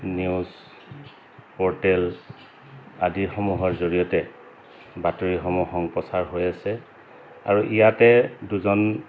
news portal আদিসমূহৰ জৰিয়তে বাতৰিসমূহ সম্প্ৰচাৰ হৈ আছে আৰু ইয়াতে দুজন